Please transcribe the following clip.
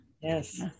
Yes